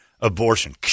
Abortion